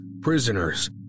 prisoners